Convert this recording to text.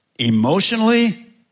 Emotionally